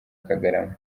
kagarama